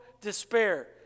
despair